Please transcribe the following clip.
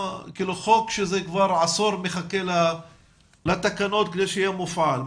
זה חוק שכבר עשור מחכה לתקנות כדי שיהיה מופעל.